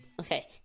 Okay